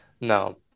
no